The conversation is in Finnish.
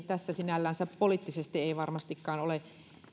tässä ei sinällänsä poliittisesti varmastikaan ole